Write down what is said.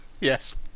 Yes